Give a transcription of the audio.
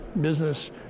business